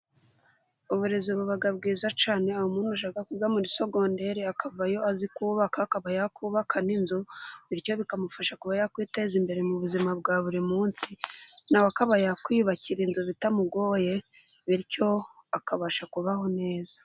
Uburezi buba bwiza cyane，aho umuntu ashaka kwiga muri Segonderi， akavayo azi kubaka， akaba yakubaka n'inzu， bityo bikamufasha kuba yakwiteza imbere mu buzima bwa buri munsi，nawe akaba yakwiyubakira inzu bitamugoye， bityo akabasha kubaho neza.